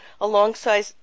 alongside